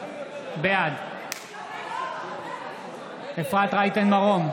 בעד אפרת רייטן מרום,